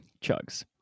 chugs